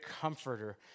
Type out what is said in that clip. comforter